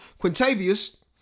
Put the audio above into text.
quintavious